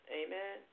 amen